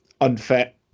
unfit